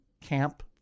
camp